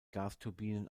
gasturbinen